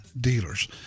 dealers